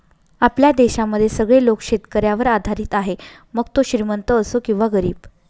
आपल्या देशामध्ये सगळे लोक शेतकऱ्यावर आधारित आहे, मग तो श्रीमंत असो किंवा गरीब